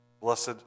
Blessed